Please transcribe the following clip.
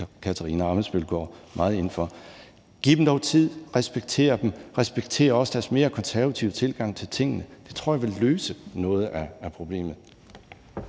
fru Katarina Ammitzbøll går meget ind for. Giv dem dog tid, respekter dem, og respekter også deres mere konservative tilgang til tingene. Det tror jeg vil løse noget af problemet.